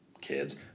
kids